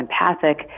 empathic